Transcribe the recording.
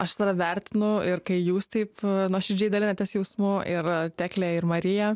aš visada vertinu ir kai jūs taip nuoširdžiai dalinatės jausmu ir teklė ir marija